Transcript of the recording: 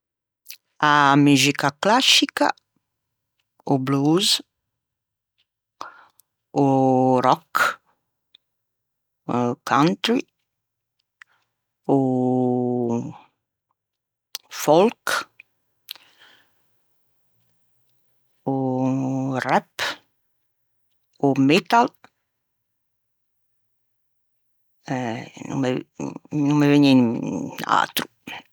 A muxica clascica, o blues, o rock, o country, o folk, o rap, o metal, eh no me vëgne atro